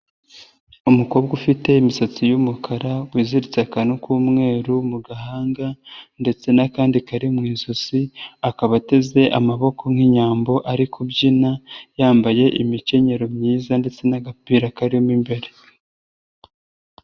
Umukobwa ufite imisatsi y'umukara wiziritse akantu k'umweru mu gahanga ndetse n'akandi kari mu ijosi, akaba ateze amaboko nk'inyambo ari kubyina, yambaye imikenyero myiza ndetse n'agapira karimo imbere.